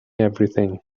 everything